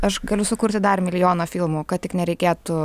aš galiu sukurti dar milijoną filmų kad tik nereikėtų